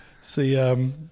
see